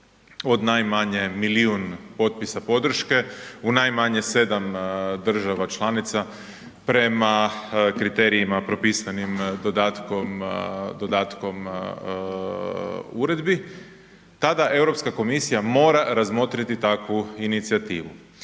od najmanje milijun potpisa podrške u najmanje 7 država članica prema kriterijima propisanim dodatkom uredbi, tada Europska komisija mora razmotriti takvu inicijativu.